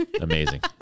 amazing